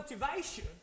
motivation